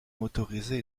motorisé